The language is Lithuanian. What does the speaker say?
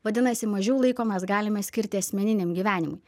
vadinasi mažiau laiko mes galime skirti asmeniniam gyvenimui